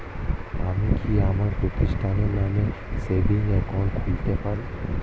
আমি কি আমার প্রতিষ্ঠানের নামে সেভিংস একাউন্ট খুলতে পারি?